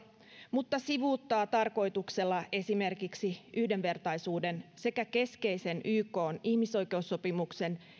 mutta sivuuttaa tarkoituksella esimerkiksi yhdenvertaisuuden sekä keskeisen ykn ihmisoikeussopimuksen